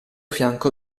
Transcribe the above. fianco